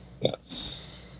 yes